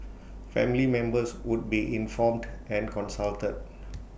family members would be informed and consulted